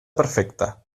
perfecta